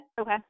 Okay